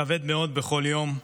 כבד מאוד, בכל יום.